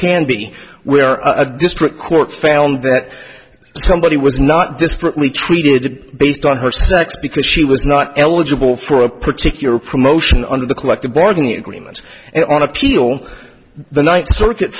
can be where a district court found that somebody was not only treated based on her sex because she was not eligible for a particular promotion on the collective bargaining agreements and on appeal the ninth circuit